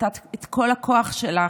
נתת את כל הכוח שלך,